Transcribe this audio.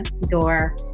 door